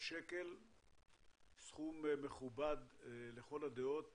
סכום מכובד לכל הדעות